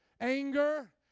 anger